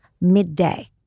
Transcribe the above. midday